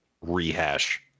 rehash